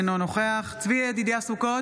אינו נוכח צבי ידידיה סוכות,